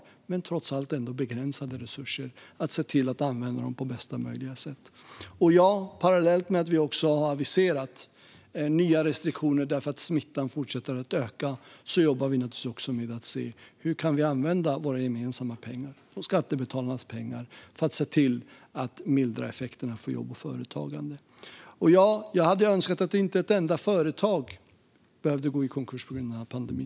Resurserna är trots allt begränsade, och vi måste se till att använda dem på bästa möjliga sätt. Parallellt med att vi har aviserat nya restriktioner för att smittan fortsätter att öka jobbar vi naturligtvis också med att se hur vi kan använda våra gemensamma pengar och skattebetalarnas pengar för att mildra effekterna på jobb och företagande. Jag hade önskat att inte ett enda företag behövde gå i konkurs på grund av pandemin.